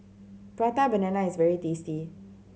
Prata Banana is very tasty